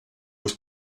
was